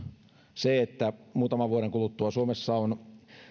se että muutaman vuoden kuluttua suomessa on